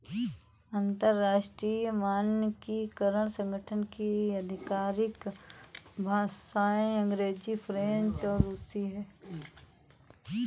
अंतर्राष्ट्रीय मानकीकरण संगठन की आधिकारिक भाषाएं अंग्रेजी फ्रेंच और रुसी हैं